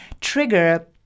trigger